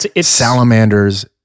salamanders